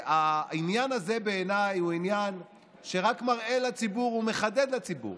העניין הזה בעיניי הוא עניין שרק מראה לציבור ומחדד לציבור